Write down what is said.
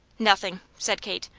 nothing, said kate.